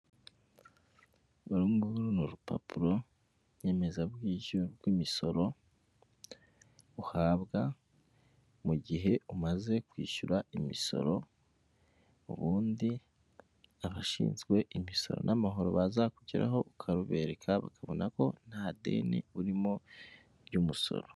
Urunguru ni urupapuro nyemezabwishyu rw'imisoro, uhabwa mu gihe umaze kwishyura imisoro ubundi abashinzwe imisoro n'amahoro bazakugeraho ukarubereka bakabona ko nta deni urimo ry'umusoro.